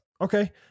Okay